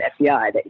FBI